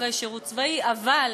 אחרי שירות צבאי, וטוב שכך, אבל